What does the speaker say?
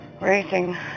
racing